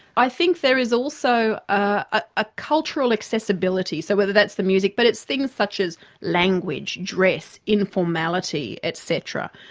i think there is also a cultural accessibility. so whether that's the music, but it's things such as language, dress, informality et cetera,